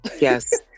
yes